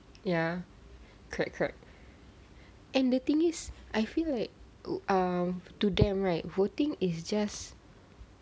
ya correct correct and the thing is I feel like um to them right voting is just